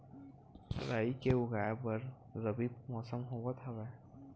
राई के उगाए बर रबी मौसम होवत हवय?